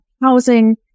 housing